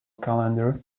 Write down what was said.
calendar